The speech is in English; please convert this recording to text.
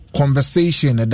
conversation